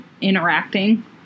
interacting